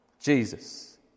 Jesus